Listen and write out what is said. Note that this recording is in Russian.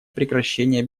прекращение